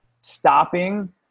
stopping